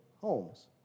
homes